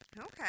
Okay